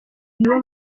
nibo